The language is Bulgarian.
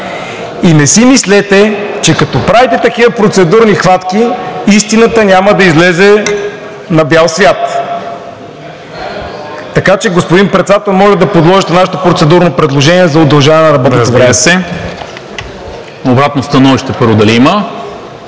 И не си мислете, че като правите такива процедурни хватки, истината няма да излезе на бял свят. Така че, господин Председател, моля да подложите нашето процедурно предложение за удължаване на работното време. ПРЕДСЕДАТЕЛ НИКОЛА МИНЧЕВ: Разбира се. Обратно становище, първо, дали има?